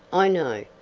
i know,